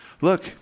look